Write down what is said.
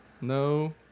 No